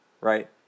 Right